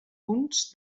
punts